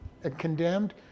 condemned